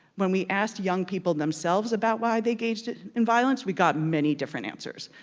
when we asked young people themselves about why they engaged in violence, we got many different answers,